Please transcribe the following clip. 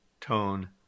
tone